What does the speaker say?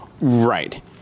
Right